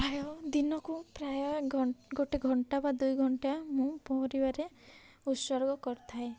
ପ୍ରାୟ ଦିନକୁ ପ୍ରାୟ ଘ ଗୋଟେ ଘଣ୍ଟା ବା ଦୁଇ ଘଣ୍ଟା ମୁଁ ପରିବାରେ ଉତ୍ସର୍ଗ କରିଥାଏ